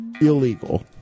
Illegal